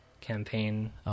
campaign